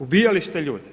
Ubijali ste ljude.